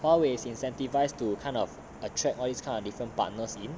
huawei is incentive to kind of attract all this kind of different partners in